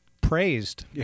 praised